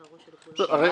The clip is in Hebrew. שנה.